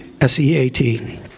S-E-A-T